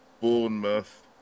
Bournemouth